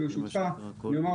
ברשותך אני אומר,